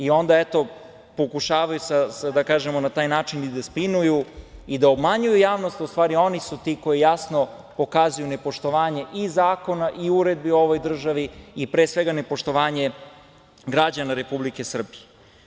Onda, eto, pokušavaju na taj način i da spinuju i da obmanjuju javnost, a u stvari oni su ti koji jasno pokazuju nepoštovanje i zakona i uredbi u ovoj državi, pre svega nepoštovanje građana Republike Srbije.